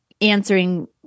answering